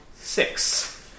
six